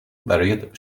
برایت